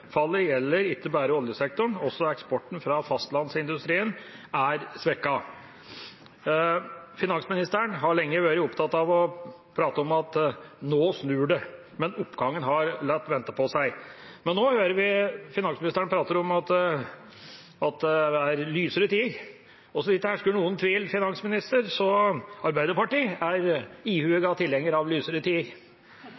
gjelder ikke bare oljesektoren, også eksporten fra fastlandsindustrien er svekket. Finansministeren har lenge vært opptatt av å prate om at nå snur det, men oppgangen har latt vente på seg. Nå hører vi finansministeren prate om at det er lysere tider. Så det ikke hersker noen tvil: Arbeiderpartiet er